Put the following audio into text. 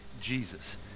Jesus